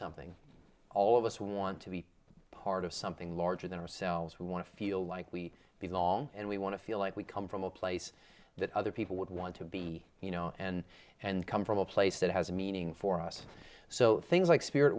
something all of us who want to be part of something larger than ourselves we want to feel like we belong and we want to feel like we come from a place that other people would want to be you know and and come from a place that has a meaning for us so things like spirit